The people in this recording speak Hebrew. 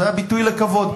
זה היה ביטוי לכבוד.